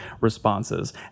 responses